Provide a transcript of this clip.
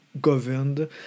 governed